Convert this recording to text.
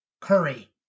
Curry